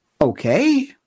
okay